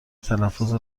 تلفظ